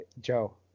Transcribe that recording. Joe